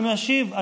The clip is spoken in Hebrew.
אני משיב.